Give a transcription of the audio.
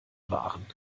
waren